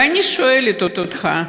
ואני שואלת אותך,